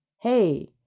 Hey